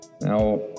Now